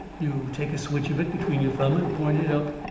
you take a switch of it between your thumbs and point it up.